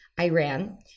Iran